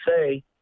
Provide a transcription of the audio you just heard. say